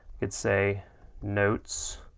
could say notes,